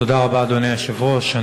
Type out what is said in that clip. תודה רבה, אדוני היושב-ראש.